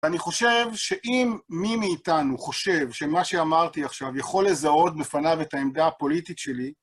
אני חושב שאם מי מאיתנו חושב שמה שאמרתי עכשיו יכול לזהות בפניו את העמדה הפוליטית שלי,